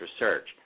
research